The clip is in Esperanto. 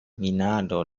minado